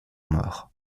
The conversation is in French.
morts